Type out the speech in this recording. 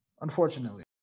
unfortunately